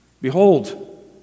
Behold